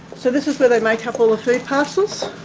so this is where they make up all the food parcels.